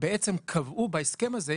בעצם קבעו בהסכם הזה,